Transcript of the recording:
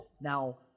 Now